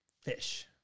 Fish